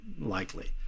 likely